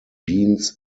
beans